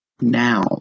now